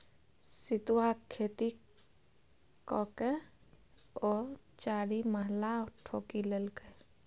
सितुआक खेती ककए ओ चारिमहला ठोकि लेलकै